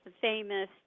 famous